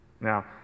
Now